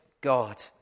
God